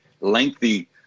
lengthy